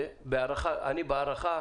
הבהרנו, הבהרנו.